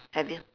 have you